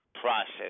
process